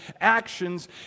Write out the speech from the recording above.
actions